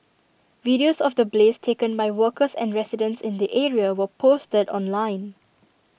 videos of the blaze taken by workers and residents in the area were posted online